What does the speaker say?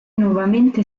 nuovamente